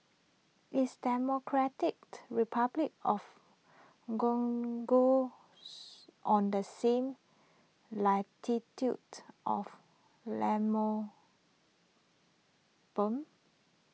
is Democratic Republic of Congo on the same latitude of